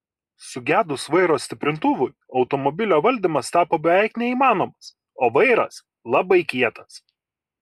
sugedus vairo stiprintuvui automobilio valdymas tapo beveik neįmanomas o vairas labai kietas